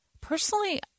Personally